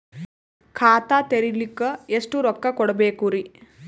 ಖಾತಾ ತೆರಿಲಿಕ ಎಷ್ಟು ರೊಕ್ಕಕೊಡ್ಬೇಕುರೀ?